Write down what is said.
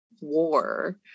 war